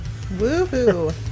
Woohoo